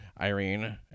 Irene